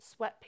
sweatpants